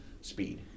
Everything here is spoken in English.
speed